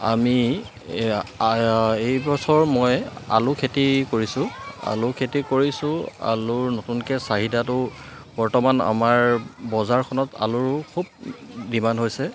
আমি এইবছৰ মই আলু খেতি কৰিছোঁ আলু খেতি কৰিছোঁ আলুৰ নতুনকৈ চাহিদাটো বৰ্তমান আমাৰ বজাৰখনত আলুৰো খুব ডিমাণ্ড হৈছে